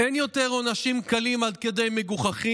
אין יותר עונשים קלים עד כדי מגוחכים.